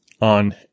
on